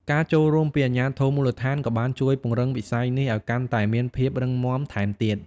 ការចូលរួមពីអាជ្ញាធរមូលដ្ឋានក៏បានជួយពង្រឹងវិស័យនេះឲ្យកាន់តែមានភាពរឹងមាំថែមទៀត។